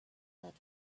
that